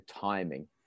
timing